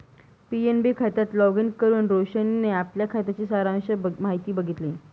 PNB खात्यात login करुन रोशनीने आपल्या खात्याची सारांश माहिती बघितली